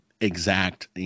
exact